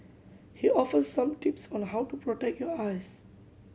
he offers some tips on the how to protect your eyes